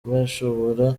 bashobora